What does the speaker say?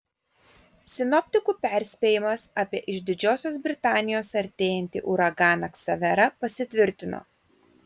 sinoptikų perspėjimas apie iš didžiosios britanijos artėjantį uraganą ksaverą pasitvirtino